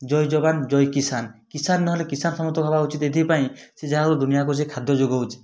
ଜୟ ଯବାନ୍ ଜୟ କିସାନ୍ କିସାନ୍ ନହେଲେ କିସାନ୍ ସମସ୍ତେ ହେବା ଉଚିତ୍ ଏଥିପାଇଁ ସେ ଯାହା ହଉ ଦୁନିଆକୁ ସେ ଖାଦ୍ୟ ଯୋଗଉଛି